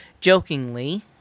jokingly